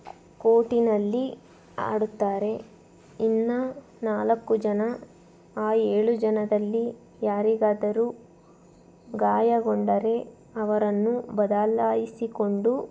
ಕೋರ್ಟಿನಲ್ಲಿ ಆಡುತ್ತಾರೆ ಇನ್ನು ನಾಲ್ಕು ಜನ ಆ ಏಳು ಜನದಲ್ಲಿ ಯಾರಿಗಾದರೂ ಗಾಯಗೊಂಡರೆ ಅವರನ್ನು ಬದಲಾಯಿಸಿಕೊಂಡು